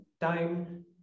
time